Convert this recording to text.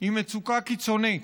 היא מצוקה קיצונית,